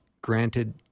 granted